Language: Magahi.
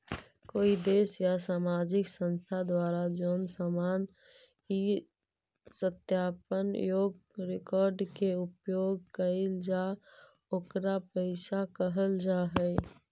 कोई देश या सामाजिक संस्था द्वारा जोन सामान इ सत्यापन योग्य रिकॉर्ड के उपयोग कईल जा ओकरा पईसा कहल जा हई